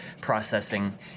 processing